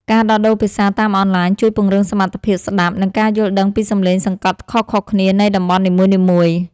ការដោះដូរភាសាតាមអនឡាញជួយពង្រឹងសមត្ថភាពស្ដាប់ និងការយល់ដឹងពីសម្លេងសង្កត់ខុសៗគ្នានៃតំបន់នីមួយៗ។